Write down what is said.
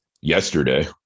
Yesterday